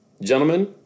gentlemen